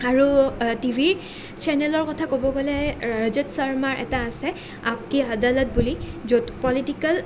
আৰু টিভি চেনেলৰ কথা ক'ব গ'লে ৰজত শৰ্মাৰ এটা আছে আপ কী আদালত বুলি য'ত পলিটিকেল